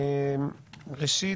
ראשית,